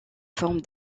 forme